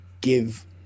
give